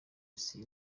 isi